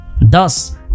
Thus